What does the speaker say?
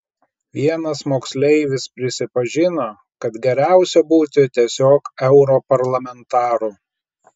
vienas moksleivis prisipažino kad geriausia būti tiesiog europarlamentaru